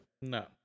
No